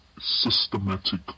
systematic